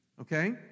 Okay